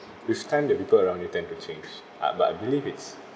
with time that people around you tend to change uh but I believe it's